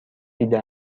دیده